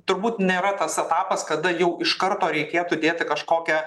turbūt nėra tas etapas kada jau iš karto reikėtų dėti kažkokią